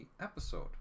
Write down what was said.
episode